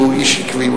הוא איש עקבי,